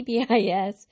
PBIS